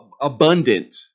abundant